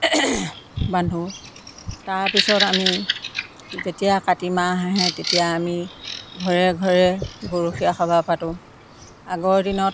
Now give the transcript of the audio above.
বান্ধো তাৰপিছত আমি যেতিয়া কাতি মাহ আহে তেতিয়া আমি ঘৰে ঘৰে গৰখীয়া সবাহ পাতোঁ আগৰ দিনত